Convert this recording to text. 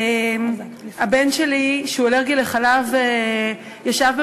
הבן שלי, שהוא אלרגי לחלב, ישב במסעדה,